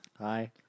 Hi